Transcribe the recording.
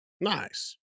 Nice